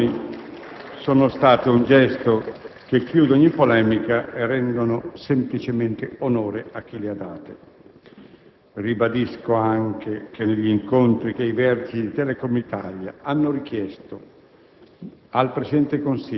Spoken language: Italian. Queste dimissioni sono state un gesto che chiude ogni polemica e rende semplicemente onore a chi le ha date. Ribadisco, inoltre, che negli incontri che i vertici di Telecom Italia hanno richiesto